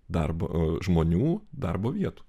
darbo žmonių darbo vietų